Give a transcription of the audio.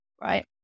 right